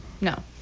No